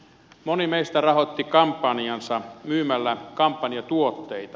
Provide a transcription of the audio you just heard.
moni meistä rahoitti kampanjaansa myymällä kampanjatuotteita